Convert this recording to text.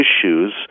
issues